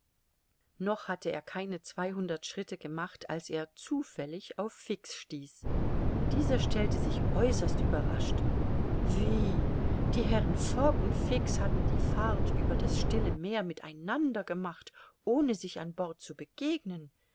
noch hatte er keine zweihundert schritte gemacht als er zufällig auf fix stieß dieser stellte sich äußerst überrascht wie die herren fogg und fix hatten die fahrt über das stille meer mit einander gemacht ohne sich an bord zu begegnen